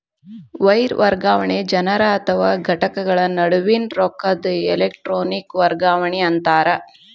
wire ವರ್ಗಾವಣೆ ಜನರ ಅಥವಾ ಘಟಕಗಳ ನಡುವಿನ್ ರೊಕ್ಕದ್ ಎಲೆಟ್ರೋನಿಕ್ ವರ್ಗಾವಣಿ ಅಂತಾರ